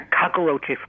cockroach